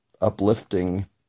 uplifting